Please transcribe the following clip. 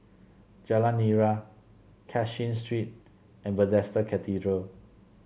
Jalan Nira Cashin Street and Bethesda Cathedral